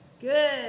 Good